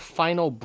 final